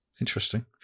Interesting